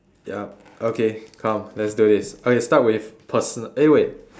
yup okay come let's do this okay start with personal eh wait